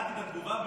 קראתי את התגובה,